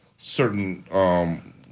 certain